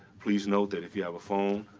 please note that if you have a phone,